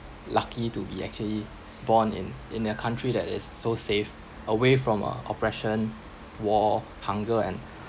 lucky to be actually born in in a country that is so safe away from uh oppression war hunger and